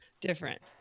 different